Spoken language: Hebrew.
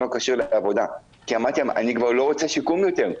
לא כשיר לעבודה כי אמרתי להם שאני לא רוצה שיקום יותר.